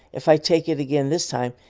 if i take it again this time,